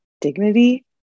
dignity